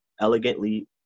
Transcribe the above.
elegantly